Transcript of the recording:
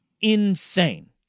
insane